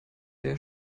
der